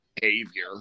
behavior